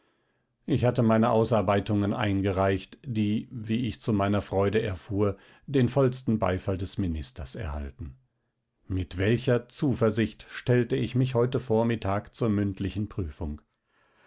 ich hatte meine ausarbeitungen eingereicht die wie ich zu meiner freude erfuhr den vollsten beifall des ministers erhalten mit welcher zuversicht stellte ich mich heute vormittag zur mündlichen prüfung